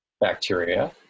bacteria